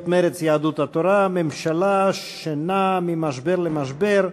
מרצ ויהדות התורה: ממשלה שנעה ממשבר למשבר,